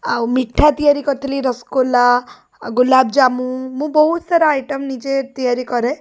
ଆଉ ମିଠା ତିଆରି କରିଥିଲି ରସଗୋଲା ଆଉ ଗୁଲାବଜାମୁ ମୁଁ ବହୁତ ସାରା ଆଇଟମ୍ ନିଜେ ତିଆରି କରେ